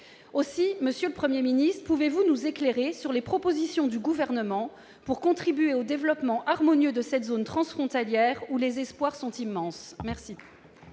Aussi, monsieur le ministre, pouvez-vous nous éclairer sur les propositions du Gouvernement pour contribuer au développement harmonieux de cette zone transfrontalière, où les espoirs sont immenses ?